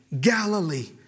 Galilee